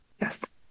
Yes